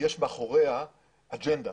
יש מאחוריה אג'נדה,